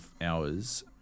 hours